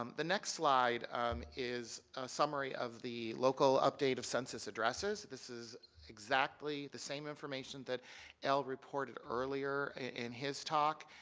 um the next slide um is summary of the local update of census addresses. this is exactly the same information that al reported earlier in his talk.